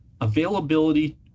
availability